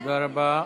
תודה רבה.